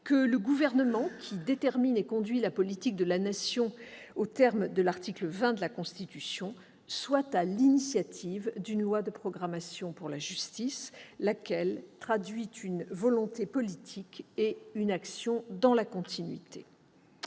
que le Gouvernement, qui détermine et conduit la politique de la Nation en application de l'article 20 de la Constitution, soit à l'initiative d'une loi de programmation pour la justice, laquelle traduit une volonté politique et une action dans la continuité.